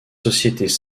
sociétés